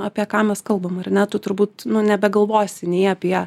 apie ką mes kalbam ar ne tu turbūt nebegalvosi nei apie